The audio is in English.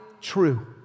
true